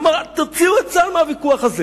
כבר אמר: תוציאו את הצבא מהסיפור הזה,